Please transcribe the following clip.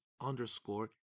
underscore